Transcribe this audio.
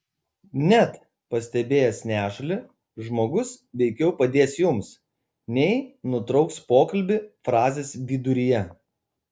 net pastebėjęs nešulį žmogus veikiau padės jums nei nutrauks pokalbį frazės viduryje